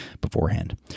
beforehand